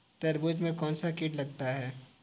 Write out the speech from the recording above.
तरबूज में कौनसा कीट लगता है?